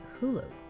Hulu